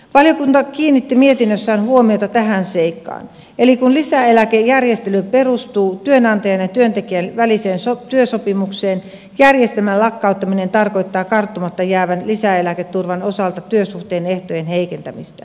valiokunta kiinnitti mietinnössään huomiota tähän seikkaan eli kun lisäeläkejärjestely perustuu työnantajan ja työntekijän väliseen työsopimukseen järjestelmän lakkauttaminen tarkoittaa karttumatta jäävän lisäeläketurvan osalta työsuhteen ehtojen heikkenemistä